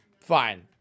Fine